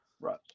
Right